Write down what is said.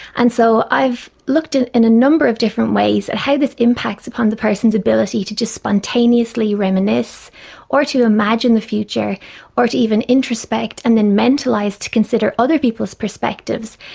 and so i've looked in in a number of different ways at how this impacts upon the person's ability to just spontaneously reminisce or to imagine the future or to even introspect and then mentalise to consider other people's perspectives.